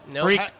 Freak